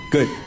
Good